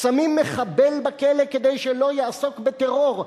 שמים מחבל בכלא, כדי שלא יעסוק בטרור.